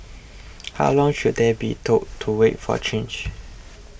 how long should they be told to wait for change